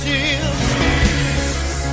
Jesus